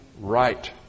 right